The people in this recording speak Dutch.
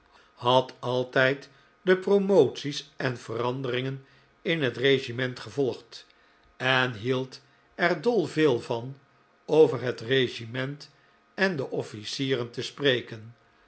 had altijd al de promoties en veranderingen in het regiment gevolgd en hield er dol veel van over het regiment en de offlcieren te spreken